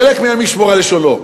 חלק מהם ישמור על לשונו.